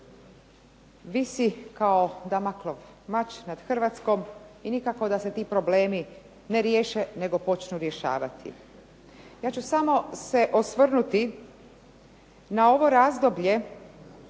visi kao Damoklov mač nad Hrvatskom i nikako da se ti problemi ne riješe nego počnu rješavati. Ja ću samo se osvrnuti na ovo razdoblje